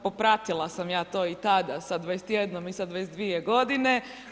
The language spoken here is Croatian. Popratila sam to i tada sa 21 i sa 22 godine.